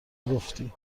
گفتی